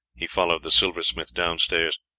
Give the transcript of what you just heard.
he followed the silversmith downstairs.